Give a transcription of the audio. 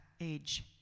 age